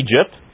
Egypt